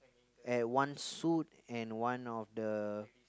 at one suit and one of the